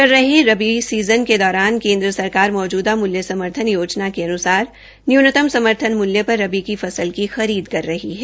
चलरहे rabi season के दौरान केन्द्र सरकार मौज़दा म़ूल्य समर्थन योजना के अनुसार न्यूनतम समर्थन मूल्य पर रबी की फसल की खरीद कर रही है